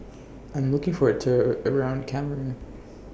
I'm looking For A Tour around Cameroon